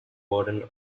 burden